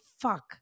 fuck